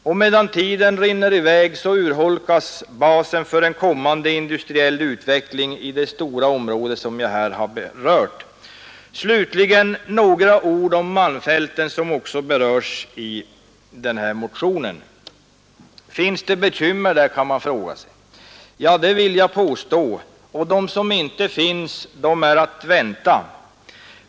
Och medan tiden rinner i väg urholkas basen för en kommande industriell utveckling i det stora område som jag här har omnämnt. Slutligen några ord om Malmfälten, som också berörs i den här motionen. Finns det bekymmer där, kan man fråga sig. Ja, det vill jag påstå. Och de som inte finns är att vänta.